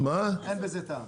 אין בזה טעם.